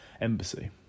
embassy